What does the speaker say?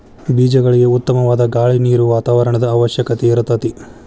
ಬೇಜಗಳಿಗೆ ಉತ್ತಮವಾದ ಗಾಳಿ ನೇರು ವಾತಾವರಣದ ಅವಶ್ಯಕತೆ ಇರತತಿ